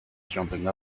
jumping